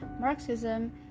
Marxism